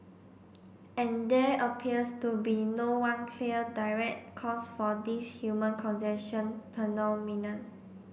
and there appears to be no one clear direct cause for this human congestion phenomenon